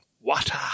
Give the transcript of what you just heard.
Water